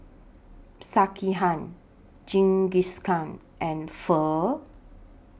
Sekihan Jingisukan and Pho